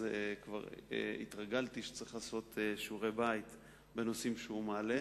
וכבר התרגלתי שצריך לעשות שיעורי בית בנושאים שהוא מעלה,